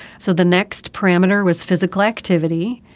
so the next parameter was physical activity,